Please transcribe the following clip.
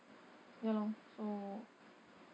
ya lor so